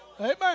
Amen